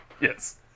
Yes